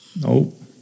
Nope